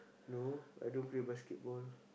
no I don't play basketball